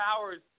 hours